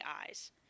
eyes